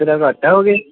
ਤੇਰਾ ਘਾਟਾ ਹੋ ਗਿਆ